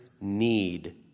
need